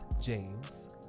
James